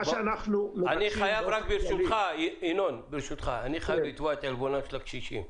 אני חייב, ברשותך, לתבוע את עלבונם של הקשישים.